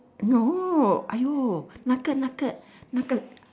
no !aiyo! 那个那个那个